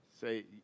Say